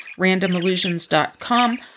randomillusions.com